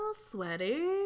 sweaty